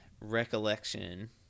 recollection